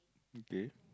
okay